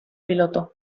piloto